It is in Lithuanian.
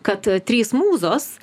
kad trys mūzos